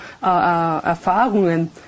Erfahrungen